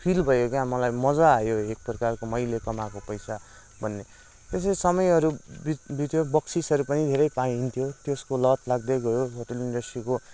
feel भयो क्या मलाई मजा आयो एक प्रकारको मैले कमाको पैसा भन्ने यसरी समयहरू बित्यो बक्सीस् पनि धेरै पाइन्थ्यो त्यसको लत लाग्दै गयो होटेल इन्डस्ट्रीको